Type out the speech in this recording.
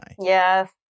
Yes